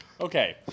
Okay